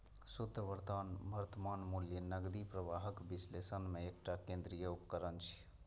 शुद्ध वर्तमान मूल्य नकदी प्रवाहक विश्लेषण मे एकटा केंद्रीय उपकरण छियै